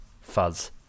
fuzz